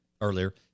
earlier